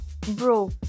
bro